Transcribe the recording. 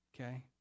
Okay